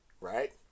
right